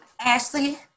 Ashley